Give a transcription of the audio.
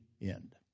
end